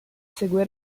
segue